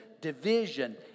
division